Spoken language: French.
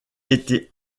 été